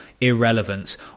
Irrelevance